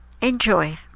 enjoy